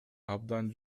абдан